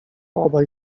obaj